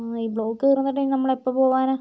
ഈ ബ്ലോക്ക് തീർന്നിട്ട് നമ്മൾ എപ്പം പോകാനാണ്